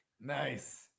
Nice